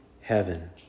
heaven